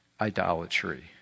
idolatry